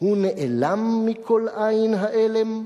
הוא נעלם מכל עין, העלם?